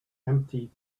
empty